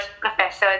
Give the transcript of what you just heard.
professors